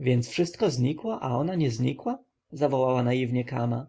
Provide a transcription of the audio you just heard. więc wszystko znikło a ona nie znikła zawołała naiwnie kama